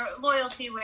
loyalty